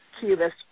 Cubist